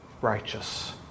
righteous